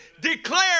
Declare